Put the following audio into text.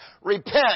Repent